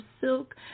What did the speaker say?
silk